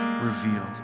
revealed